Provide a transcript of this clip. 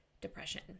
depression